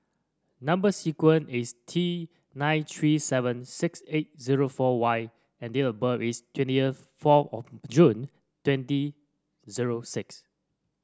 number sequence is T nine three seven six eight zero four Y and date of birth is twentieth four of June twenty zero six